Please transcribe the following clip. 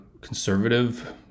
conservative